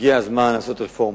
שהגיע הזמן לעשות רפורמה.